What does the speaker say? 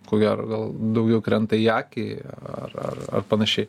ko gero gal daugiau krenta į akį ar ar ar panašiai